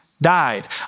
died